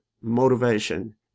motivation